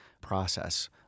process